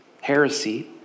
heresy